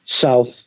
south